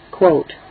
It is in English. Quote